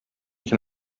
can